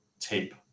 tape